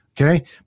Okay